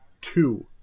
two